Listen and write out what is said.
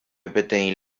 peteĩ